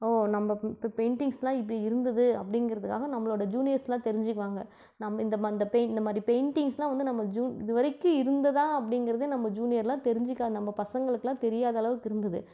ஓ நம்ம இப்போ பெயிண்டிங்ஸ் எல்லாம் இப்படி இருந்துது அப்படிங்கிறதுக்காக நம்பளோட ஜூனியர்ஸ் எல்லாம் தெரிஞ்சிக்குவாங்க நம் இந்த ம இந்த பெயி இந்தமாதிரி பெயிண்டிங்ஸ் எல்லாம் வந்து நம்ம ஜு இதுவரைக்கும் இருந்ததாக அப்படிங்கிறத நம்ம ஜூனியர் எல்லாம் தெரிஞ்சிக்க நம்ப பசங்களுக்கு எல்லாம் தெரியாத அளவுக்கு இருந்துது